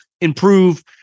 improve